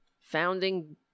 founding